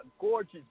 gorgeous